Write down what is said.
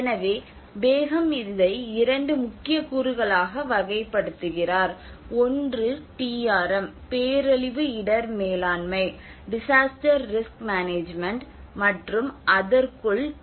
எனவே பேகம் இதை இரண்டு முக்கிய கூறுகளாக வகைப்படுத்துகிறார் ஒன்று டிஆர்எம் பேரழிவு இடர் மேலாண்மை மற்றும் அதற்குள் டி